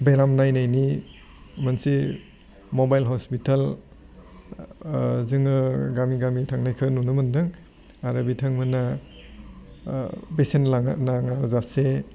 बेराम नायनायनि मोनसे मदेल हस्पिताल जोङो गामि गामि थांनायखौ नुनो मोनदों आरो बिथांमोना बेसेन लाङा नाङाजासे